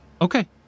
Okay